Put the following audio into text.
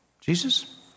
Jesus